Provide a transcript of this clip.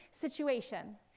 situation